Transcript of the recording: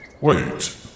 Wait